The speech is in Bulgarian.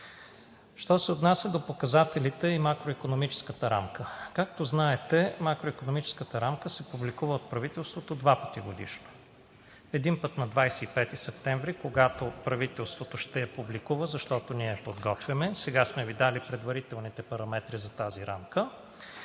Що се отнася до показателите и макроикономическата рамка. Както знаете, макроикономическата рамка се публикува от правителството два пъти годишно – един път на 25 септември, когато правителството ще я публикува, защото ние я подготвяме. Сега сме Ви дали предварителните параметри за тази рамка.